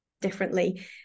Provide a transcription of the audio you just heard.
differently